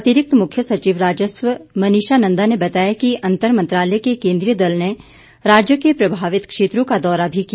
अतिरिक्त मुख्य सचिव राजस्व मनीषा नंदा ने बताया कि अंतर मंत्रालय के केंद्रीय दल ने राज्य के प्रभावित क्षेत्रों का दौरा भी किया